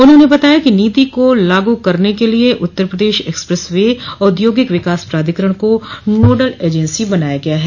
उन्होने बताया कि नीति को लागू करने के लिए उत्तर प्रदेश एक्सप्रेस वे औघोगिक विकास प्राधिकरण को नोडल एजेंसी बनाया गया है